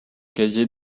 casier